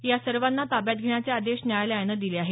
या सर्वांना ताब्यात घेण्याचे आदेश न्यायालयाने दिले आहेत